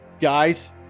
Guys